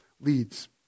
leads